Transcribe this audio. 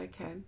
okay